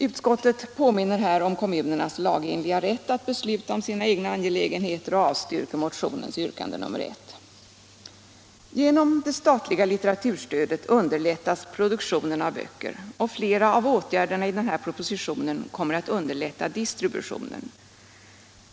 Utskottet påminner här om kommunernas lagenliga rätt att besluta i sina egna angelägenheter och avstyrker yrkandet I i motionen. Genom det statliga litteraturstödet underlättas produktionen av böcker, och flera av åtgärderna i den här propositionen kommer att underlätta distributionen.